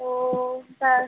ও হ্যাঁ